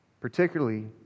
particularly